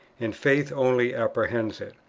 and faith only apprehends it.